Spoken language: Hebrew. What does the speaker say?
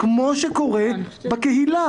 כמו שקורה בקהילה.